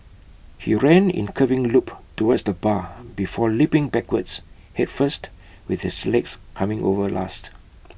he ran in curving loop towards the bar before leaping backwards Head first with his legs coming over last